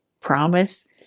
promise